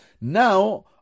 now